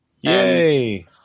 Yay